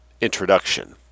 introduction